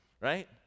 Right